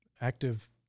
active